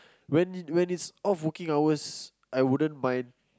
when you when it's off working hours I wouldn't mind